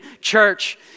church